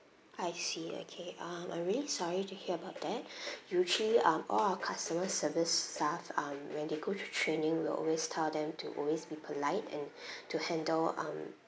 I see okay um I'm really sorry to hear about that usually um all our customer service staff um when they go to training we'll always tell them to always be polite and to handle um